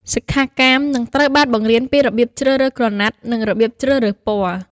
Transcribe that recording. សិក្ខាកាមនឹងត្រូវបានបង្រៀនពីរបៀបជ្រើសរើសក្រណាត់ និងរបៀបជ្រើសរើសពណ៌។